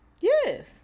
Yes